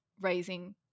raising